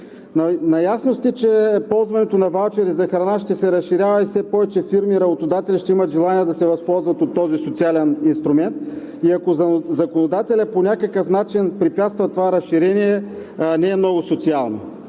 Наясно сте, че ползването на ваучери за храна ще се разширява и все повече фирми и работодатели ще имат желание да се възползват от този социален инструмент. Ако законодателят по някакъв начин препятства това разширение, не е много социално.